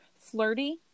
flirty